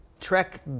Trek